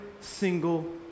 single